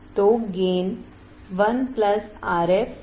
तोगेन 1 RfRi होगा